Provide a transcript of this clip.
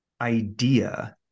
idea